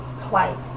twice